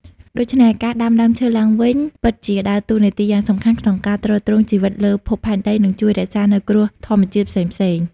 ដូច្នេះការដាំដើមឈើឡើងវិញពិតជាដើរតួនាទីយ៉ាងសំខាន់ក្នុងការទ្រទ្រង់ជីវិតលើភពផែនដីនិងជួយរក្សានៅគ្រោះធម្មជាតិផ្សេងៗ។